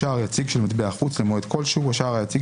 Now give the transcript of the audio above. "שער יציג" של מטבע חוץ למועד כלשהו השער היציג